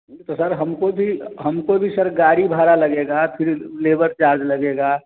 तो सर हमको भी हमको भी सर गाड़ी भाड़ा लगेगा फिर लेबर चार्ज लगेगा